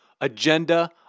agenda